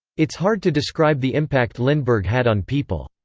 it's hard to describe the impact lindbergh had on people.